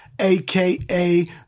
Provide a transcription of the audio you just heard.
AKA